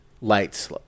lights